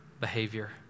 behavior